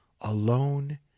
alone